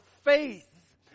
faith